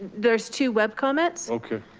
there's two web comments. okay.